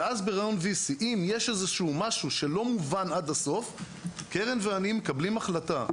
ואז ואם יש משהו שלא מובן עד הסוף קרן ואני מקבלים החלטה,